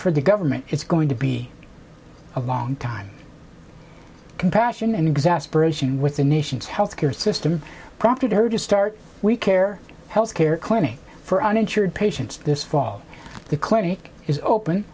for the government it's going to be a long time compassion and exasperating with the nation's healthcare system prompted her to start we care health care clinic for uninsured patients this fall the clinic is open